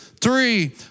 three